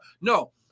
No